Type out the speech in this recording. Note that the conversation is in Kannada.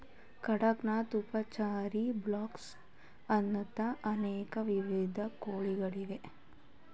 ಕಡಕ್ ನಾಥ್, ಉಪಚಾರಿ, ಬ್ರಾಯ್ಲರ್ ಅನ್ನೋ ಅನೇಕ ವಿಧದ ಕೋಳಿಗಳಿವೆ